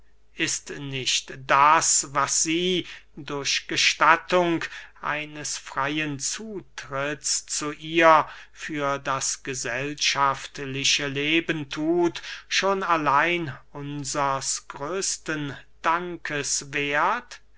ist nicht das was sie durch gestattung eines freyen zutrittes zu ihr für das gesellschaftliche leben thut schon allein unsers größten dankes werth